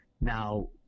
Now